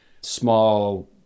Small